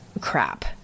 crap